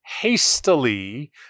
hastily